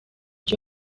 cyo